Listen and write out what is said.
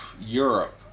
Europe